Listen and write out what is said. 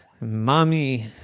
Mommy